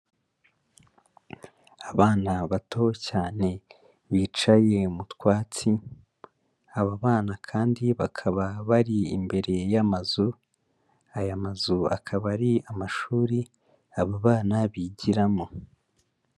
Abana bato cyane bicaye mu twatsi, aba bana kandi bakaba bari imbere y'amazu, aya mazu akaba ari amashuri, aba bana bigiramo.